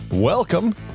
Welcome